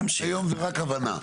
היום זה רק הבנה.